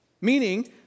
Meaning